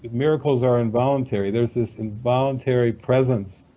miracles are involuntary. there's this involuntary presence,